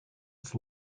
its